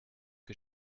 que